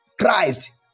Christ